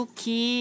que